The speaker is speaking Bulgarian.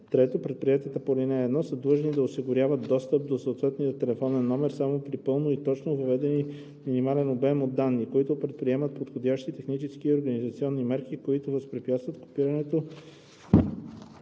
(3) Предприятията по ал. 1 са длъжни да осигуряват достъп до съответния телефонен номер само при пълно и точно въведен минимален обем от данни, като предприемат подходящи технически и организационни мерки, които възпрепятстват копирането